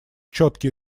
четкие